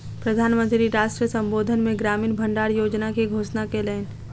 प्रधान मंत्री राष्ट्र संबोधन मे ग्रामीण भण्डार योजना के घोषणा कयलैन